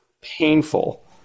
painful